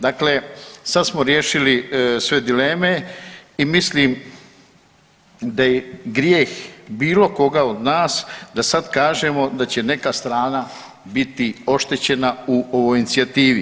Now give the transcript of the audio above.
Dakle, sad smo riješili sve dileme i mislim da je grijeh bilo koga od nas da sad kažemo da će neka strana biti oštećena u ovoj inicijativi.